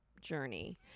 journey